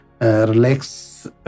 relax